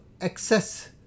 excess